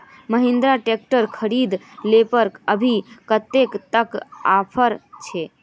Mahindra tractor खरीद ले पर अभी कतेक तक ऑफर छे?